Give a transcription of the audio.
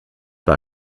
war